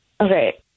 Okay